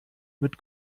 mit